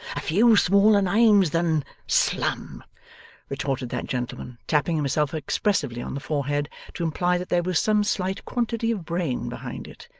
a few smaller names than slum retorted that gentleman, tapping himself expressively on the forehead to imply that there was some slight quantity of brain behind it.